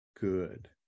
good